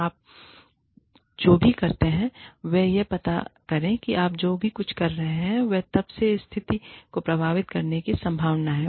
आप जो भी करते हैं वह यह पता करें कि आप जो कुछ भी कह रहे हैं वह तब से स्थिति को प्रभावित करने की संभावना है